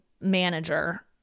Manager